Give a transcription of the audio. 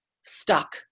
stuck